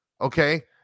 Okay